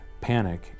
panic